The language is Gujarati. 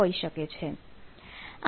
હોઈ શકે છે